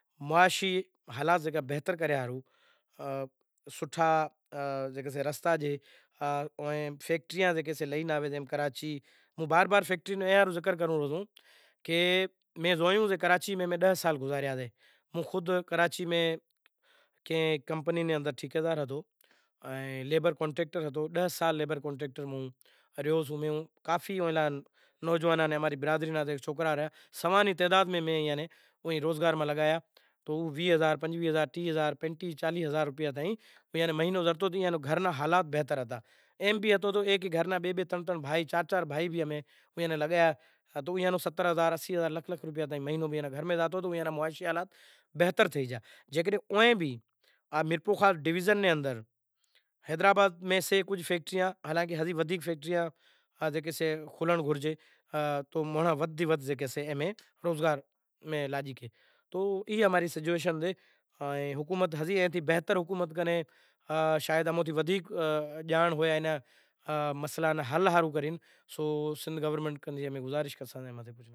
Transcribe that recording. معاشی حالات جے بہتر کریا ہاروں سوٹھا راستا زے ہوئیں کراچی میں، میں زویوسوں کراچی میں ڈاہ سال گزاریا سے کہ کمپنی نے اندر ٹھیکیدار ہتو لیبر کانٹریکٹر ہتو ڈاہ سال گھومیو رہیو سواں نی تعداد میں میں ایناں روزگار تھیں لگایا۔ ہیکے ہیکے گھر میں چار چار مانڑاں ناں روزگار تھیں لگایا تو ایئاں نو ستر ہزار اسی ہزار لاکھ روپیا مہینڑے اندر زڑتا تو اینا معاشی حالات بہتر تھئی گیا۔